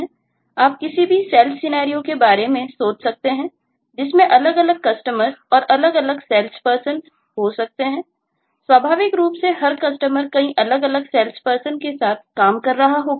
आप किसी भी Sales सिनेरियो के बारे में सोच सकते हैं और जिसमें अलग अलग Customers और अलग अलग SalesPerson हो सकते हैं स्वाभाविक रूप से हर Customer कई अलग अलग SalesPerson के साथ काम कर रहा हो